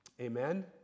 Amen